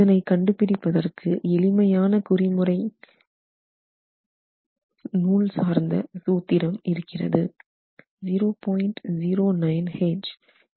இதனை கண்டுபிடிப்பதற்கு எளிமையான குறிமுறை நூல் சார்ந்த சூத்திரம் இருக்கிறது